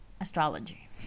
astrology